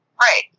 right